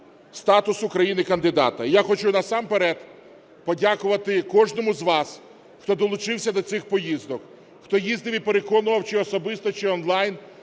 статусу країни-кандидата. Я хочу насамперед подякувати кожному з вас, хто долучився до цих поїздок, хто їздив і переконував чи особисто, чи онлайн